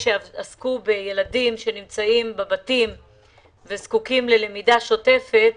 שעסקו בילדים שנמצאים בבתים וזקוקים ללמידה שוטפת,